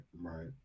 right